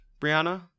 Brianna